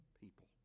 people